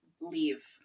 leave